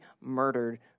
murdered